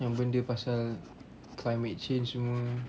yang benda pasal climate change semua